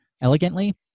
elegantly